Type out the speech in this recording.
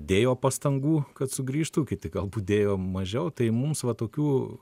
dėjo pastangų kad sugrįžtų kiti galbūt dėjo mažiau tai mums va tokių